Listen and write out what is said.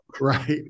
Right